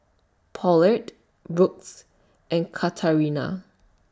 Paulette Brooks and Katarina